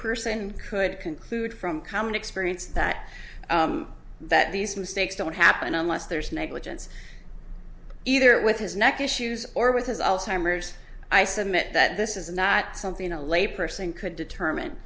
layperson could conclude from common experience that that these mistakes don't happen unless there's negligence either with his neck issues or with his alzheimers i submit that this is not something a layperson could determine